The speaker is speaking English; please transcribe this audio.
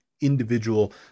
individual